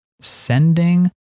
sending